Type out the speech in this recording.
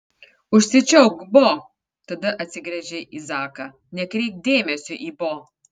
užsičiaupk bo tada atsigręžė į zaką nekreipk dėmesio į bo